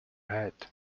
head